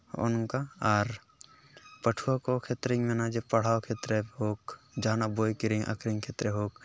ᱦᱚᱸᱜᱼᱚ ᱱᱚᱝᱠᱟ ᱟᱨ ᱯᱟᱹᱴᱷᱩᱣᱟᱹ ᱠᱚ ᱠᱷᱮᱛᱨᱮᱧ ᱢᱮᱱᱟ ᱡᱮ ᱯᱟᱲᱦᱟᱣ ᱠᱷᱮᱛᱨᱮ ᱦᱳᱠ ᱡᱟᱦᱟᱱᱟᱜ ᱵᱳᱭ ᱠᱤᱨᱤᱧ ᱟᱠᱷᱨᱤᱧ ᱠᱷᱮᱛᱨᱮ ᱦᱳᱠ